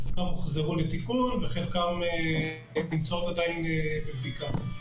חלקם הוחזרו לתיקון וחלקם נמצאים עדיין בבדיקה.